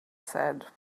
said